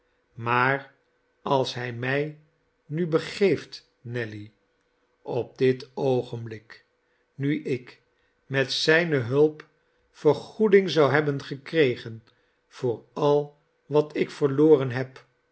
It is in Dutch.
maar als hij mij nu begeeft nelly op dit oogenblik nu ik met zijne hulp vergoeding zou hebben gekregen voor al wat ik verloren heb